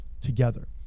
together